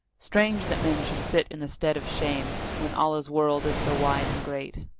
strange that men should sit in the stead of shame, when allah's world is so wide and great!